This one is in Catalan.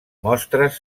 mostres